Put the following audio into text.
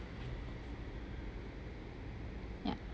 ya